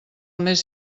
més